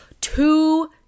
two